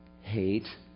hate